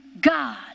God